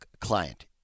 client